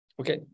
okay